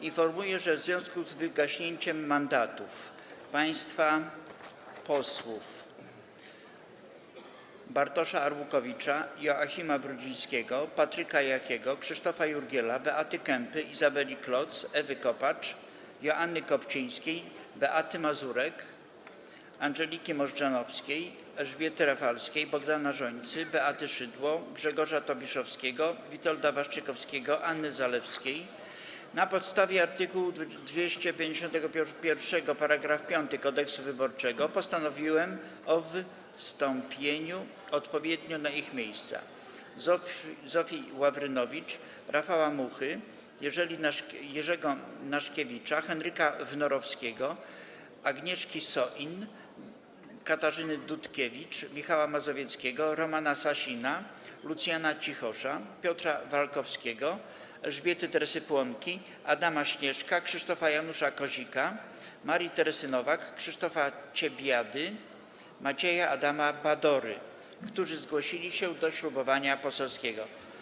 Informuję, że w związku z wygaśnięciem mandatów państwa posłów: Bartosza Arłukowicza, Joachima Brudzińskiego, Patryka Jakiego, Krzysztofa Jurgiela, Beaty Kempy, Izabeli Kloc, Ewy Kopacz, Joanny Kopcińskiej, Beaty Mazurek, Andżeliki Możdżanowskiej, Elżbiety Rafalskiej, Bogdana Rzońcy, Beaty Szydło, Grzegorza Tobiszowskiego, Witolda Waszczykowskiego, Anny Zalewskiej na podstawie art. 251 § 5 Kodeksu wyborczego postanowiłem o wstąpieniu na ich miejsca odpowiednio: Zofii Ławrynowicz, Rafała Muchy, Jerzego Naszkiewicza, Henryka Wnorowskiego, Agnieszki Soin, Katarzyny Dutkiewicz, Michała Mazowieckiego, Romana Sasina, Lucjana Cichosza, Piotra Walkowskiego, Elżbiety Teresy Płonki, Adama Śnieżka, Krzysztofa Janusza Kozika, Marii Teresy Nowak, Krzysztofa Ciebiady, Macieja Adama Badory, którzy zgłosili się do ślubowania poselskiego.